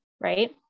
Right